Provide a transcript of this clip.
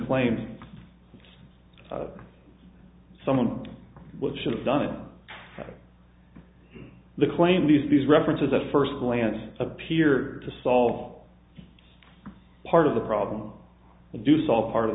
claim someone would should have done it the claim these these references at first glance appear to solve part of the problem and do solve part of